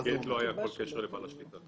לאגייט לא היה כל קשר לבעל השליטה.